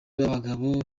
b’abagabo